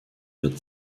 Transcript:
wird